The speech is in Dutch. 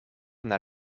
naar